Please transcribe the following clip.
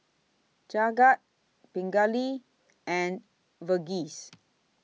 Jagat Pingali and Verghese